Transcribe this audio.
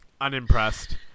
Unimpressed